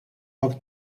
poc